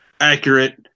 accurate